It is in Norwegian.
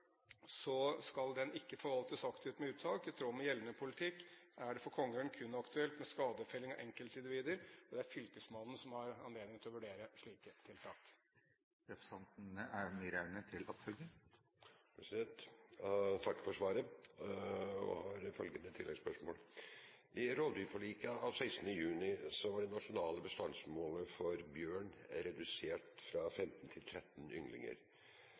skal den ikke forvaltes aktivt med uttak. I tråd med gjeldende politikk er det for kongeørn kun aktuelt med skadefelling av enkeltindivider, og det er fylkesmannen som har anledning til å vurdere slike tiltak. Jeg takker for svaret og har følgende tilleggsspørsmål: I rovdyrforliket av 16. juni i år var det nasjonale bestandsmålet for bjørn redusert fra 15 til 13 ynglinger.